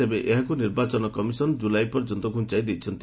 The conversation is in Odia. ତେବେ ଏହାକୁ ନିର୍ବାଚନ କମିଶନ ଜୁଲାଇ ପର୍ଯ୍ୟନ୍ତ ଘୁଞ୍ଚାଇ ଦେଇଛନ୍ତି